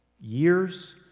Years